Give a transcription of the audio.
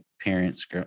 parents